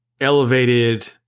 elevated